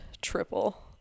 triple